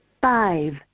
Five